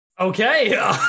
Okay